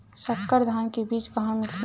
संकर धान के बीज कहां मिलही?